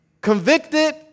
Convicted